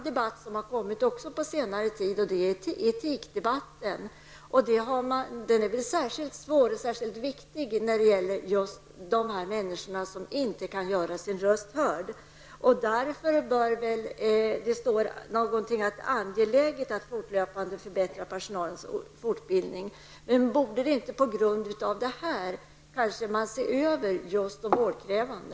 Det har på senare tid också uppstått en debatt om de etiska frågorna. Den är särskilt viktig när det gäller dessa människor som inte kan göra sina röster hörda. Det står i svaret att det är ''angeläget att fortlöpande utveckla och förbättra personalens fortbildning''. Men borde man inte på grund av dessa förhållanden kanske se över vården för de vårdkrävande?